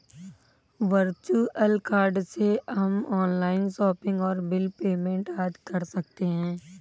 virtual card से हम online shopping और बिल पेमेंट आदि कर सकते है